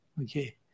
Okay